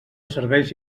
serveis